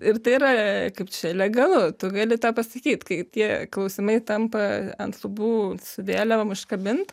ir tai yra kaip čia legalu tu gali tą pasakyt kai tie klausimai tampa ant lubų su vėliavom iškabint